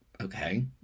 okay